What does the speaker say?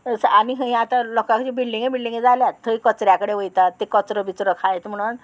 आनी खंयी आतां लोकांच्यो बिल्डिंगे बिल्डींगे जाल्यात थंय कचऱ्या कडेन वयतात ते कचरो बिचरो खायत म्हणोन